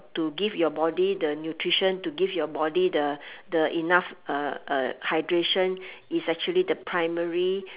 to give your body the nutrition to give your body the the enough uh uh hydration is actually the primary